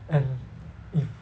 and if